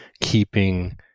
keeping